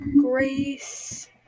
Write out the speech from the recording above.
Grace